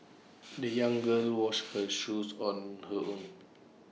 the young girl washed her shoes on her own